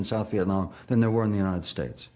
mean south vietnam than there were in the united states